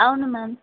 అవును మ్యామ్